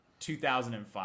2005